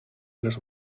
les